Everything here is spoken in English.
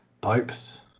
Pipes